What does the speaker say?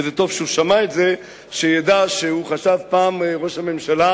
טוב שהוא שמע את זה, כדי שידע ראש הממשלה